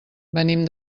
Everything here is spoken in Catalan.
venim